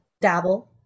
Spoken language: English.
dabble